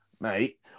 mate